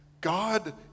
God